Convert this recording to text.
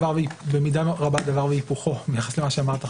במידה רבה דבר והיפוכו ביחס למה שאמרת,